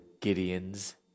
Gideon's